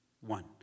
one